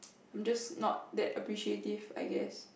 I'm just not that appreciative I guess